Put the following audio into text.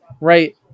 Right